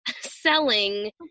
selling